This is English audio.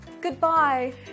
Goodbye